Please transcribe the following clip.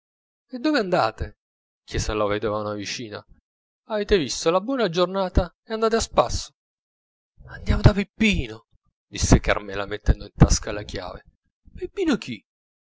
chiacchierare dove andate chiese alla vedova una vicina avete vista la buona giornata e andate a spasso andiamo da peppino disse carmela mettendo in tasca la chiave peppino chi